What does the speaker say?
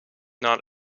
not